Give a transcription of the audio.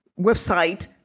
website